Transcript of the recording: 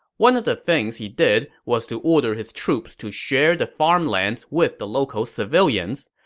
one of the things he did was to order his troops to share the farmlands with the local civilians.